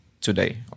today